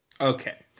Okay